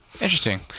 Interesting